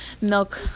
milk